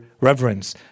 reverence